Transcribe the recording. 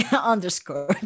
underscore